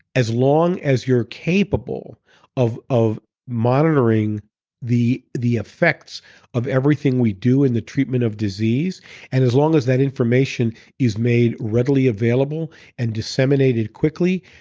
as long as you're capable of of monitoring the the effects of everything we do in the treatment of disease and as long as that information is made readily available and disseminated quickly,